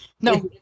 No